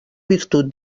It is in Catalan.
virtut